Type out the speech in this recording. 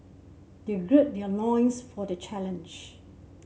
they gird their loins for the challenge